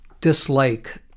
dislike